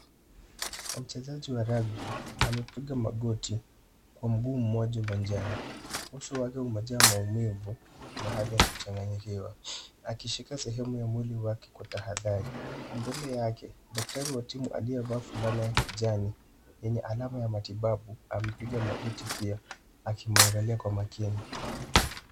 Mchezaji wa rugby amepiga magoti kwa mguu mmoja uwanjani. Uso wake umejaa maumivu na hali ya kuchanganyikiwa, akishika sehemu ya mwili wake kwa tahadhari. Mbele yake daktari wa timu aliyevaa fulana ya kijani, yenye alama ya matibabu amepiga magoti pia akimwangalia kwa makini.